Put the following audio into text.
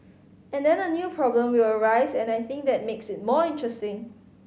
and then a new problem will arise and I think that makes it more interesting